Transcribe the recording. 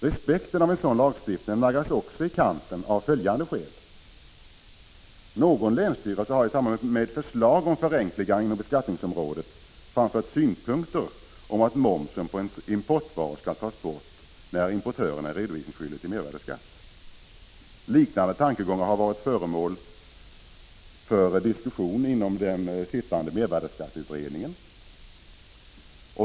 Respekten för en sådan lagstiftning naggas också i kanten av följande skäl. Någon länsstyrelse har i samband med förslag om förenklingar inom beskattningsområdet framfört synpunkter på att momsen på importvaror skall tas bort när importören är redovisningsskyldig till mervärdeskatt. Liknande tankegångar har varit föremål för diskussion inom den sittande mervärdeskatteutredningen.